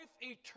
eternal